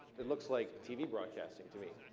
it looks like tv broadcasting to me.